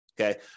okay